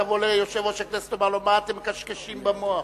תבוא ליושב-ראש הכנסת ותאמר לו: מה אתם מקשקשים במוח?